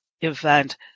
event